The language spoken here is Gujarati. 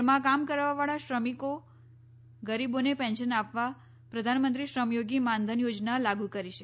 ઘરમાં કામ કરવાવાળા શ્રમિકો ગરીબોને પેંન્શન આપવા પ્રધાનમંત્રી શ્રમયોગી માનધન યોજના લાગુ કરી છે